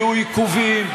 יהיו עיכובים,